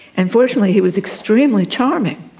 and fortunately he was extremely charming,